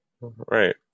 right